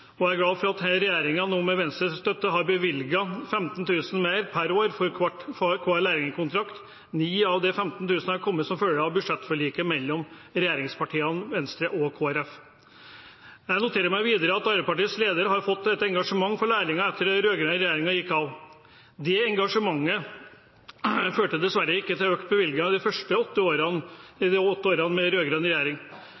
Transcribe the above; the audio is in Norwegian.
og jeg er glad for at regjeringen nå med Venstres støtte har bevilget 15 000 kr mer per år for hver lærlingkontrakt. 9 000 av de 15 000 har kommet som følge av budsjettforliket mellom regjeringspartiene, Venstre og Kristelig Folkeparti. Jeg noterer meg videre at Arbeiderpartiets leder har fått et engasjement for lærlinger etter at den rød-grønne regjeringen gikk av. Det engasjementet førte dessverre ikke til økte bevilgninger de åtte årene med rød-grønn regjering.